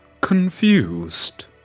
confused